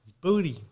booty